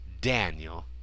Daniel